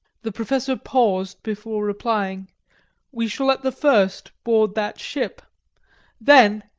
the professor paused before replying we shall at the first board that ship then,